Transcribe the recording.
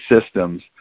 systems